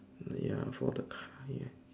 ya for the car ya